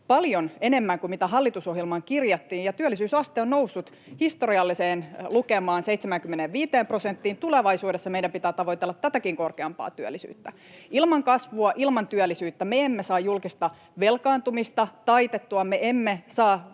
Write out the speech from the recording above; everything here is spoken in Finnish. paljon enemmän kuin mitä hallitusohjelmaan kirjattiin ja työllisyysaste on noussut historialliseen lukemaan, 75 prosenttiin. Tulevaisuudessa meidän pitää tavoitella tätäkin korkeampaa työllisyyttä. Ilman kasvua ja ilman työllisyyttä me emme saa julkista velkaantumista taitettua ja me emme saa